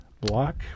Block